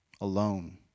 alone